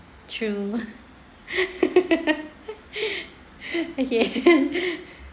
true okay